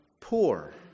poor